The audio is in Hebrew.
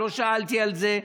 לא שאלתי על זה.